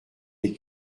des